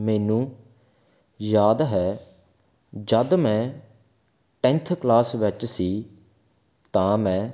ਮੈਨੂੰ ਯਾਦ ਹੈ ਜਦ ਮੈਂ ਟੈਂਨਥ ਕਲਾਸ ਵਿੱਚ ਸੀ ਤਾਂ ਮੈਂ